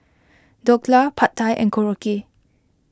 Dhokla Pad Thai and Korokke